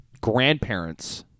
grandparents